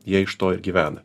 jie iš to ir gyvena